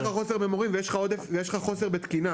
יש לך חוסר במורים ויש לך חוסר בתקינה.